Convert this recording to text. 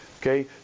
okay